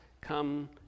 come